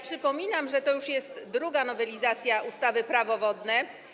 Przypominam, że to już jest druga nowelizacja ustawy Prawo wodne.